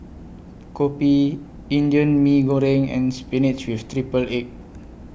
Kopi Indian Mee Goreng and Spinach with Triple Egg